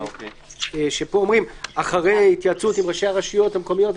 פה אומרים אחרי התייעצות עם ראשי הרשויות המקומיות,